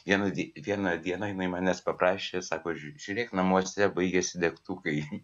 vieną die vieną dieną jinai manęs paprašė sako žiū žiūrėk namuose baigiasi degtukai